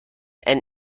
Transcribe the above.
and